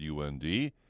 UND